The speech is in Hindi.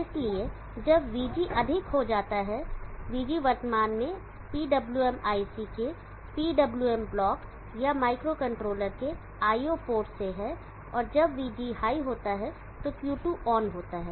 इसलिए जब Vg अधिक हो जाता है Vg वर्तमान में PWM IC के PWM ब्लॉक या माइक्रोकंट्रोलर के IO पोर्ट से है और जब Vg हाई होता है तो Q2 ऑन होता है